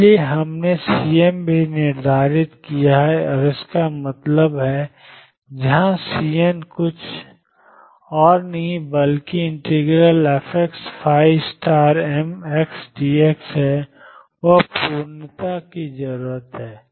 इसलिए हमने Cm भी निर्धारित किया है इसका मतलब है जहां सीएन कुछ और नहीं बल्कि fxndx है वह पूर्णता की जरूरत है